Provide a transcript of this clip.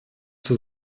zur